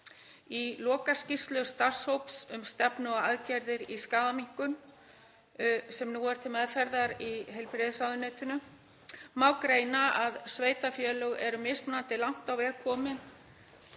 Í lokaskýrslu starfshóps um stefnu og aðgerðir í skaðaminnkun, sem nú er til meðferðar í heilbrigðisráðuneytinu, má greina að sveitarfélög eru mismunandi langt á veg komin